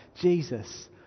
Jesus